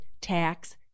tax